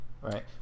right